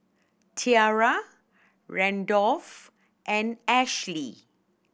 Tiarra Randolph and Ashely